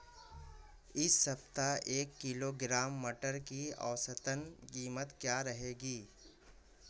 इस सप्ताह एक किलोग्राम मटर की औसतन कीमत क्या रहेगी?